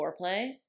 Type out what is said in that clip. foreplay